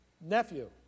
nephew